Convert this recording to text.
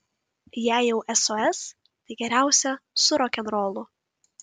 jei jau sos tai geriausia su rokenrolu